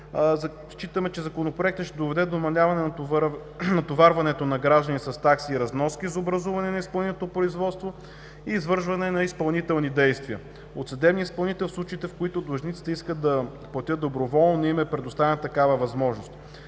считаме, че Законопроектът ще доведе до намаляване натоварването на граждани с такси и разноски за образуване на изпълнително производство и извършване на изпълнителни действия от съдебния изпълнител в случаите, в които длъжниците искат да платят доброволно, но не им е предоставена такава възможност.